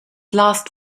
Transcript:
last